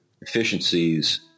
efficiencies